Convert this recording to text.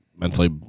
mentally